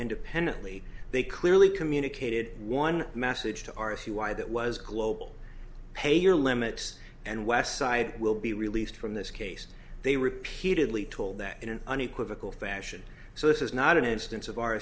independently they clearly communicated one message to our see why that was global pay your limits and west side will be released from this case they repeatedly told that in an unequivocal fashion so this is not an instance of